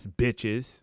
bitches